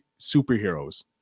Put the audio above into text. superheroes